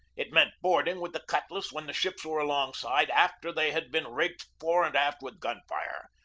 it meant boarding with the cutlass when the ships were alongside, after they had been raked fore and aft with gun fire.